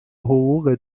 حقوق